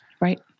Right